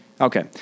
Okay